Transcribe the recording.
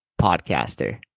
podcaster